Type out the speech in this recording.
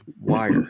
wire